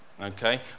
okay